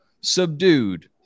subdued